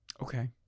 Okay